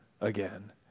again